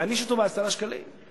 יענישו אותו ב-10 שקלים?